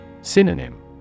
Synonym